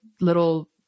little